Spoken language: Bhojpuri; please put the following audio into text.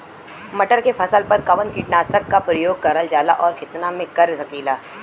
मटर के फसल पर कवन कीटनाशक क प्रयोग करल जाला और कितना में कर सकीला?